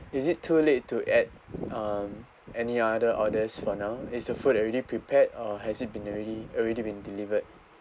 is it too late to add um any other orders for now is the food already prepared or has it been already already been delivered